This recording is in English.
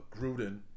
Gruden